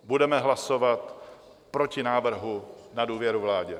Budeme hlasovat proti návrhu na důvěru vládě.